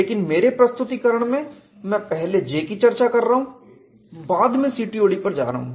लेकिन मेरे प्रस्तुतीकरण में मैं पहले J की चर्चा कर रहा हूं बाद में CTOD पर जा रहा हूं